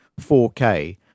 4K